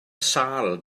sâl